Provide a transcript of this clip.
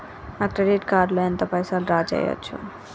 నా credit card లో ఎంత పైసల్ డ్రా చేయచ్చు?